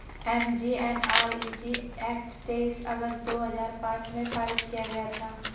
MGNREG act तेईस अगस्त दो हजार पांच में पारित किया गया था